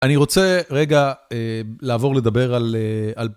אני רוצה רגע לעבור לדבר על...